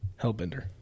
hellbender